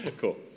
cool